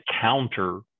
counter